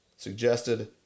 suggested